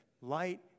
Light